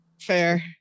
Fair